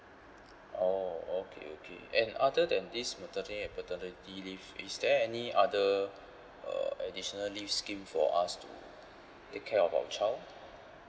oh okay okay and other than this maternity and paternity leave is there any other uh additional leave scheme for us to take care of our child